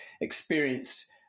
experienced